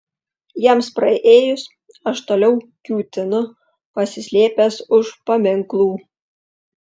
jiems praėjus aš toliau kiūtinu pasislėpęs už paminklų